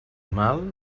mal